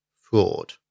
fraud